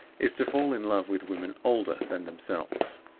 is to fall in love with women older than themselves.